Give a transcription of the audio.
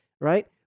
right